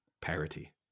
parity